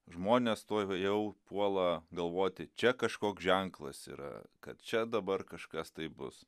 žmonės tuojau puola galvoti čia kažkoks ženklas yra kad čia dabar kažkas tai bus